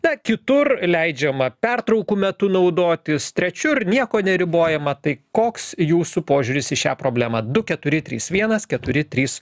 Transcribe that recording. bet kitur leidžiama pertraukų metu naudotis trečiur nieko neribojama tai koks jūsų požiūris į šią problemą du keturi trys vienas keturi trys